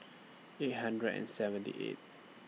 eight hundred and seventy eighth